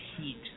heat